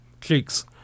Cheeks